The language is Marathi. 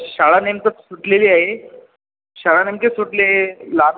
शाळा नेमकं सुटलेली आहे शाळा नेमकी सुटली आहे लहा